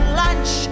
lunch